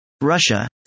Russia